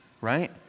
right